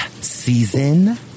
season